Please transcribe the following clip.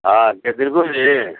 हँ तऽ दिलखुश जी